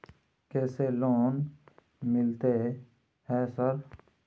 कैसे लोन मिलते है सर?